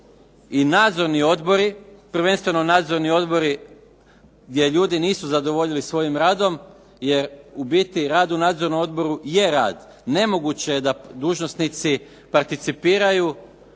i nadzorni odbori, prvenstveno nadzorni odbori gdje ljudi nisu zadovoljili svojim radom jer u biti rad u nadzornom odboru je rad. Nemoguće je da dužnosnici participiraju